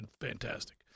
fantastic